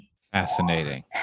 fascinating